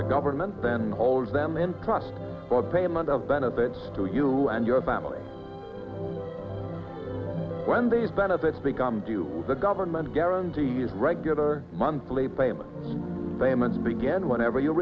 the government then holds them in plus for payment of benefits to you and your family when these benefits become do you the government guarantees regular monthly payment famous began whenever you